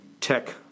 tech